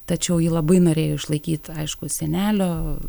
tačiau ji labai norėjo išlaikyt aišku senelio